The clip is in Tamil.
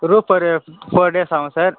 ரூப் ஒரு ஃபோர் டேஸ் ஆவும் சார்